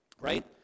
right